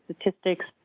statistics